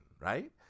right